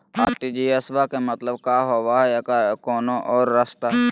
RTGS बा के मतलब कि होबे हय आ एकर कोनो और रस्ता?